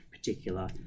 Particular